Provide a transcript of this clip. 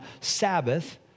Sabbath